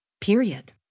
Period